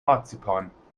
marzipan